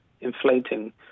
inflating